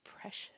precious